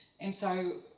and so,